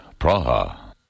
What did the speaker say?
Praha